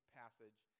passage